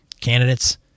Candidates